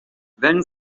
then